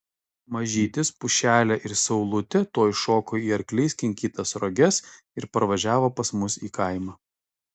mažytis pušelė ir saulutė tuoj šoko į arkliais kinkytas roges ir parvažiavo pas mus į kaimą